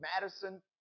Madison